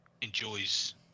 enjoys